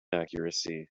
accuracy